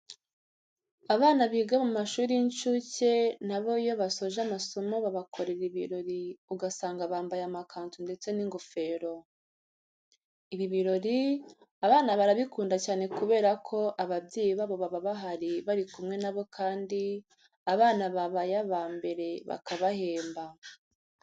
Abana biga mu mashuri y'inshuke na bo iyo basoje amasomo babakorera ibirori, ugasanga bambaye amakanzu ndetse n'ingofero. Ibi birori abana barabikunda cyane kubera ko ababyeyi babo baba bahari bari kumwe na bo kandi abana babaye aba mbere bakabahemba.